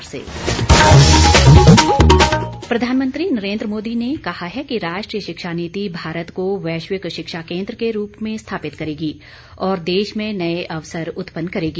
प्रधानमंत्री प्रधानमंत्री नरेन्द्र मोदी ने कहा है कि राष्ट्रीय शिक्षा नीति भारत को वैश्विक शिक्षा केन्द्र के रूप में स्थापित करेगी और देश में नए अवसर उत्पन्न करेगी